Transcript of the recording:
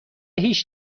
هیچ